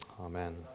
Amen